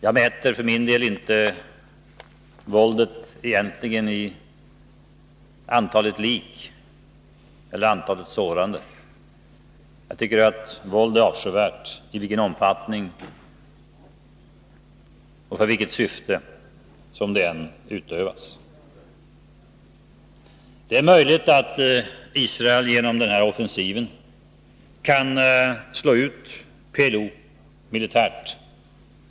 Jag mäter för min del inte våldet i antalet lik eller antalet sårade. Jag tycker att våld är avskyvärt i vilken omfattning och för vilket syfte det än utövas. Det är möjligt att Israel genom denna offensiv kan slå ut PLO militärt.